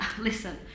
Listen